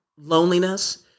loneliness